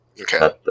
Okay